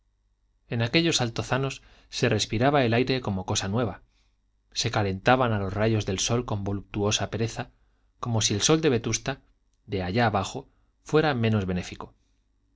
en aquellos altozanos se respiraba el aire como cosa nueva se calentaban a los rayos del sol con voluptuosa pereza como si el sol de vetusta de allá abajo fuera menos benéfico